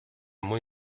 muy